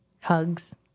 Hugs